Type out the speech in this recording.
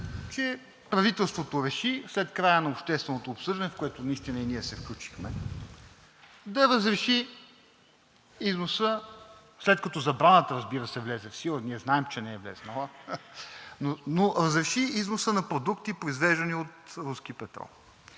че правителството реши след края на общественото обсъждане, в което наистина и ние се включихме, да разреши износа, след като забраната, разбира се, влезе в сила – ние знаем, че не е влязла, но разреши износа на продукти, произвеждани от руски петрол.